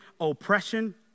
oppression